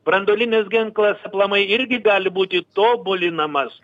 branduolinis ginklas aplamai irgi gali būti tobulinamas